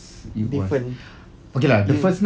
different you